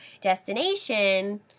destination